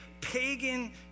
pagan